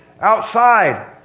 outside